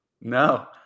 No